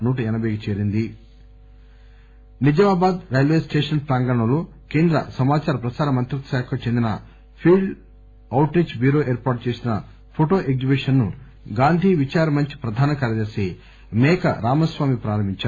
Azadi ka Amrit Nizamabad Nizamabad railway station ప్రాంగణంలో కేంద్ర సమాచార ప్రసార మంత్రిత్వ శాఖకు చెందిన ఫీల్డ్ అవుట్ రీచ్ బ్యూరో ఏర్పాటు చేసిన ఫోటో ఎగ్లిబిషన్ ను గాంధీ విచార్ మంచ్ ప్రధాన కార్యదర్ని మేక రామస్వామి ప్రారంభించారు